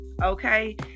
okay